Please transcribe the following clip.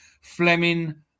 Fleming